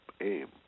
aim